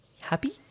Happy